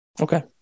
Okay